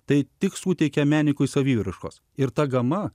tai tik suteikia menininkui saviraiškos ir ta gama